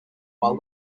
while